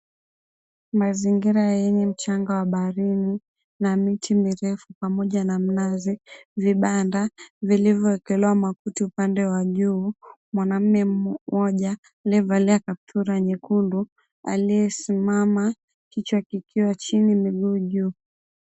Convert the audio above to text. Mazingira yenye mchanga wa baharini, na miti mirefu pamoja na minazi, vibanda vilivyoekelewa makuti upande wa juu, mwanamme mmoja aliyevalia kaptura nyekundu, aliyesimama kichwa kikiwa chini, miguu juu.